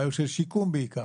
בעיות של שיקום בעיקר.